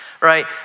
right